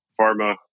pharma